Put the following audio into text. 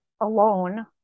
alone